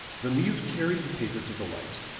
the mute carried the paper to the light,